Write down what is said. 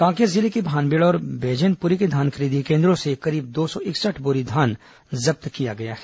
कांकेर जिले के भानबेड़ा और बैजेनपुरी के धान खरीदी केन्द्रों से करीब दो सौ इकसठ बोरी धान जब्त किया गया है